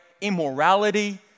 immorality